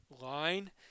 line